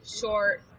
short